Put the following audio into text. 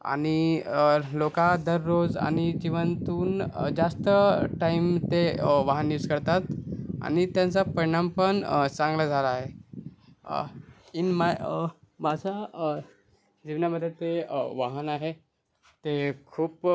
आणि लोका दररोज आणि जीवांतून जास्त टाइम ते वाहन यूज करतात आणि त्यांचा परिणाम पण चांगला झाला आहे इन माय माझा जीवनामध्ये ते वाहन आहे ते खूप